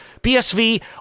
BSV